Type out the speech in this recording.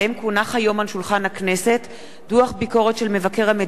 כי הונח היום על שולחן הכנסת דוח ביקורת של מבקר המדינה